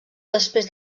després